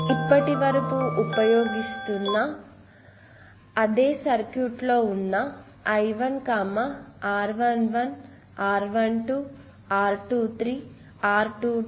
ఇప్పటివరకు ఉపయోగిస్తున్న అదే సర్క్యూట్ లో ఉన్న I1 R11 R12 R23 R22 R33